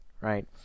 right